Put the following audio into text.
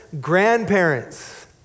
grandparents